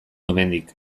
hemendik